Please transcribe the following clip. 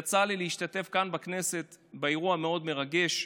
יצא לי להשתתף כאן בכנסת באירוע מאוד מרגש,